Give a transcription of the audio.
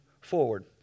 forward